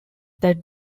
that